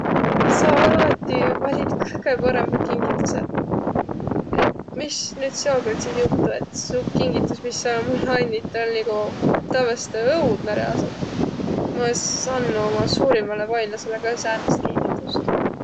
Sa alati valit kõgõ parõmbaq kingitüseq, et mis nüüd seokõrd sis juhtu, et su kingitus, mis sa mullõ annit, oll' nigu tävvesete õudnõ reaalsõlt. Ma es anduq oma suurimbale vainladsele ka säänest kingitust.